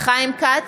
חיים כץ,